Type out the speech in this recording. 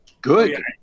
good